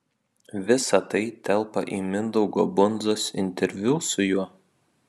visa tai telpa į mindaugo bundzos interviu su juo